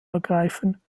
ergreifen